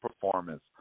performance